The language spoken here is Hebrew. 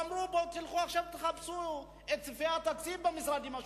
ואמרו: בואו תלכו עכשיו ותחפשו את סעיפי התקציב במשרדים השונים.